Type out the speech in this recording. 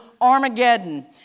Armageddon